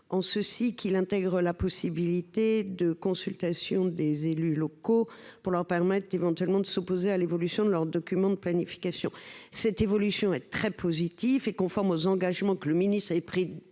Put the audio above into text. En ceci qu'il intègre la possibilité de consultation des élus locaux pour leur permettre éventuellement de s'opposer à l'évolution de leurs documents de planifications cette évolution est très positif et conforme aux engagements que le ministre avait pris